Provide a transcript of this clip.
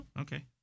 Okay